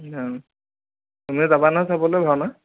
তুমিও যাবা নহয় চাবলৈ ভাওনা